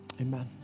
amen